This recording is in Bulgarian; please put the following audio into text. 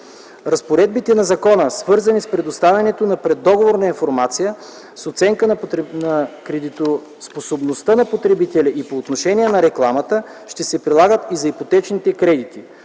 Разпоредбите на закона, свързани с предоставянето на преддоговорна информация, с оценката на кредитоспособността на потребителя и по отношение на рекламата, ще се прилагат и за ипотечните кредити.